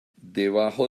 debajo